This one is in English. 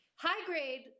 High-grade